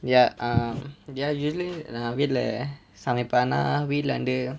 ya um ya usually நான் வீட்ல சமைப்பேன் ஆனா வீட்ல வந்து:naa veetle samaippen aana veetle vanthu